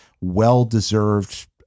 well-deserved